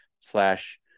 slash